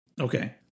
Okay